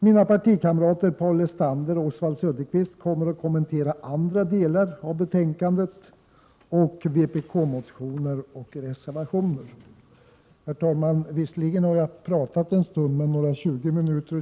Mina partikamrater Paul Lestander och Oswald Söderqvist kommer att kommentera andra delar av betänkandet där vpk har motioner och reservationer. Herr talman!